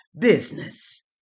business